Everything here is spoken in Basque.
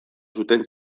zuten